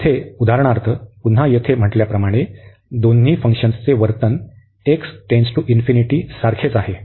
येथे उदाहरणार्थ पुन्हा येथे म्हटल्याप्रमाणे दोन्ही फंक्शन्सचे वर्तन सारखेच आहे